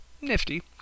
Nifty